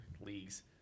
leagues